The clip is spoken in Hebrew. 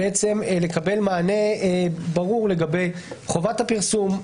לקבל מענה ברור לגבי חובת הפרסום,